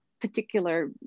particular